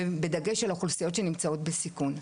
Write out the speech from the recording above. בדגש על האוכלוסיות שנמצאות בסיכון.